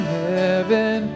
heaven